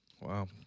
Wow